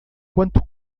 quanto